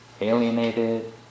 alienated